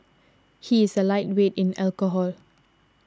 he is a lightweight in alcohol